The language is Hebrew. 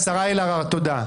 השרה אלהרר, תודה.